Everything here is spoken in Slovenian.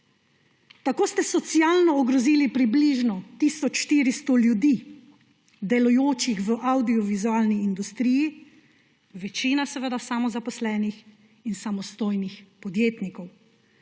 Tako ste socialno ogrozili približno tisoč 400 ljudi, delujočih v avdiovizualni industriji, večina seveda samozaposlenih in samostojnih podjetnikov.